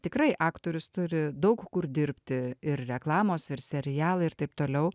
tikrai aktorius turi daug kur dirbti ir reklamos ir serialai ir taip toliau